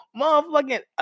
motherfucking